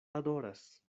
adoras